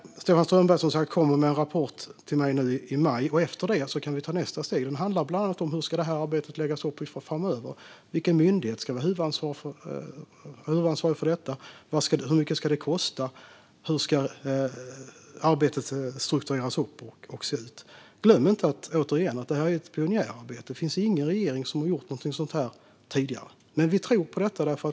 Stefan Strömberg kommer, som sagt, med en rapport till mig i maj, och efter det kan vi ta nästa steg. Den handlar bland annat om hur detta arbete ska läggas upp framöver. Vilken myndighet ska ha huvudansvar för detta? Hur mycket ska det kosta? Hur ska arbetet struktureras och se ut? Glöm inte, återigen, att detta är ett pionjärarbete! Det finns ingen regering som har gjort någonting sådant tidigare. Men vi tror på detta.